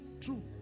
true